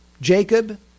Jacob